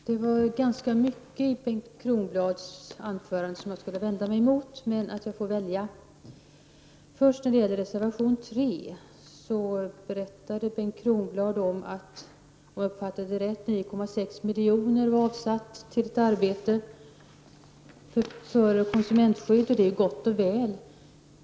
Herr talman! Jag skulle vilja bemöta ganska mycket av det som Bengt Kronblad berörde. Men jag får välja några få punkter. Först till frågan om reservation 3. Bengt Kronblad berättade att 9,6 miljoner avsatts till ett arbete för konsumentskydd, om jag uppfattade saken rätt. Det är ju gott och väl.